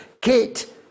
Kate